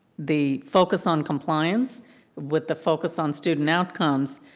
the focus on compliance with the focus on student outcomes,